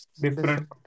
different